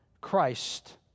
Christ